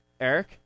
Eric